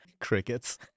Crickets